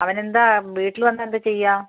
അവൻ എന്താ വീട്ടിൽ വന്നാൽ എന്താ ചെയ്യുക